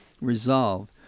resolve